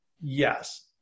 yes